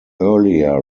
earlier